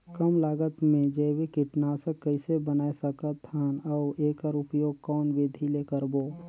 कम लागत मे जैविक कीटनाशक कइसे बनाय सकत हन अउ एकर उपयोग कौन विधि ले करबो?